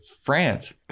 France